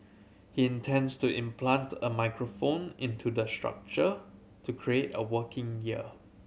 he intends to implant a microphone into the structure to create a working ear